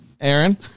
Aaron